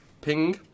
Ping